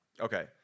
Okay